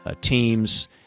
teams